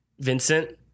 vincent